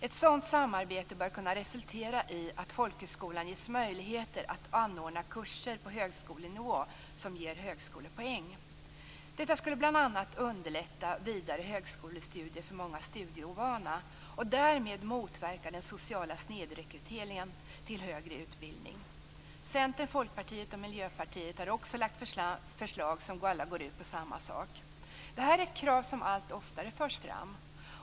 Ett sådant samarbete bör kunna resultera i att folkhögskolan ges möjligheter att anordna kurser på högskolenivå som ger högskolepoäng. Detta skulle bl.a. underlätta vidare högskolestudier för många studieovana och därmed motverka den sociala snedrekryteringen till högre utbildning. Centern, Folkpartiet och Miljöpartiet har också lagt fram förslag som alla går ut på samma sak. Det här är krav som allt oftare förs fram.